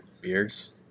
beers